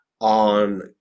on